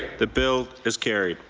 the bill is carried.